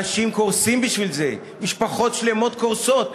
אנשים קורסים בגלל זה, משפחות שלמות קורסות.